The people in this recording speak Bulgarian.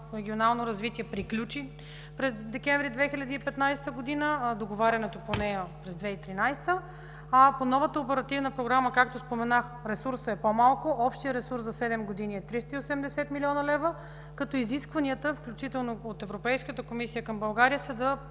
„Регионално развитие” приключи през месец декември 2015 г., а договарянето по нея през 2013 г., а по новата оперативна програма, както споменах, ресурсът е по-малко. Общият ресурс за седем години е 380 млн. лв. като изискванията, включително от Европейската комисия към България, са да